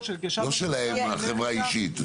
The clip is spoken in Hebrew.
לא שלהם, החברה אישית.